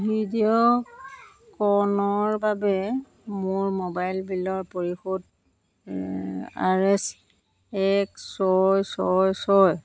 video ক'নৰ বাবে মোৰ মোবাইল বিলৰ পৰিশোধ আৰ এচ এক ছয় ছয় ছয়